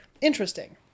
Interesting